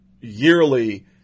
yearly